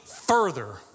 further